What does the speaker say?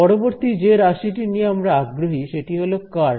পরবর্তী যে রাশিটি নিয়ে আমরা আগ্রহী সেটি হল কার্ল